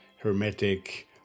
Hermetic